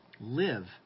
live